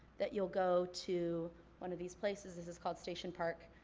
that you'll go to one of these places, this is called station park,